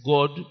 God